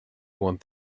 want